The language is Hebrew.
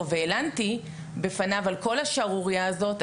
והלנתי בפניו על כל השערורייה הזאת,